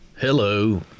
Hello